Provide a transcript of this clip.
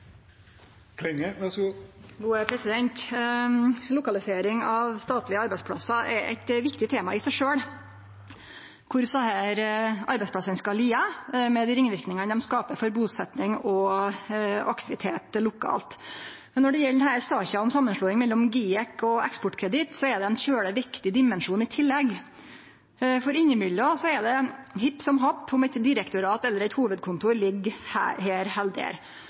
Lokalisering av statlege arbeidsplassar er eit viktig tema i seg sjølv, kvar desse arbeidsplassane skal liggje med dei ringverknadene dei skaper for busetjing og aktivitet lokalt. Når det gjeld denne saka om samanslåing mellom GIEK og Eksportkreditt, er det ein veldig viktig dimensjon i tillegg. Innimellom er det hipp som happ om eit direktorat eller eit hovudkontor ligg her eller der,